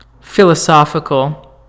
philosophical